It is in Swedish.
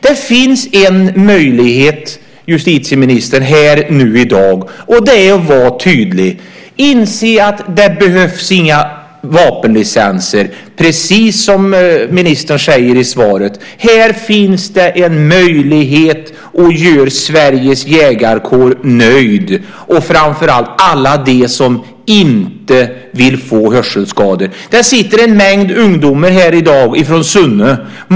Det finns en möjlighet för justitieministern här i dag, nämligen att vara tydlig. Det behövs inga vapenlicenser, precis som ministern säger i svaret. Här finns en möjlighet att göra Sveriges jägarkår nöjd, framför allt alla de som inte vill få hörselskador. Det sitter ungdomar från Sunne här i dag.